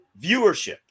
viewership